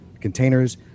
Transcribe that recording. containers